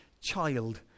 child